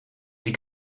die